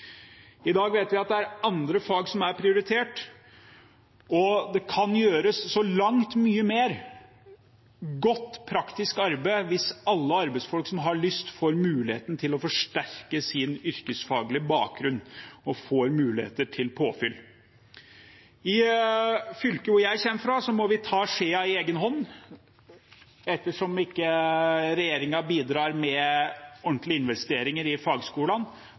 I dag vet vi at det er andre fag som er prioritert. Det kan gjøres langt mye mer godt praktisk arbeid hvis alle arbeidsfolk som har lyst, får muligheten til å forsterke sin yrkesfaglige bakgrunn og muligheter til påfyll. I fylket som jeg kommer fra, må vi ta skjeen i egen hånd ettersom regjeringen ikke bidrar med ordentlige investeringer i fagskolene.